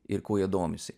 ir kuo jie domisi